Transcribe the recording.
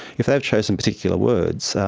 if they've chosen particular words,